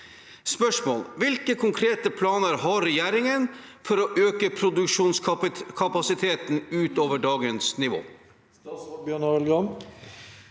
Hvilke konkrete planer har regjeringen for å øke produksjonskapasiteten utover dagens nivå?»